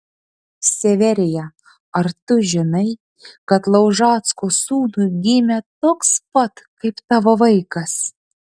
severija ar tu žinai kad laužacko sūnui gimė toks pat kaip tavo vaikas